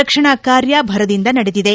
ರಕ್ಷಣಾ ಕಾರ್ಯ ಭರದಿಂದ ನಡೆದಿದೆ